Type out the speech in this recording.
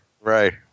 Right